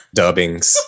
dubbings